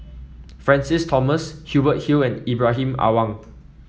Francis Thomas Hubert Hill and Ibrahim Awang